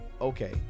Okay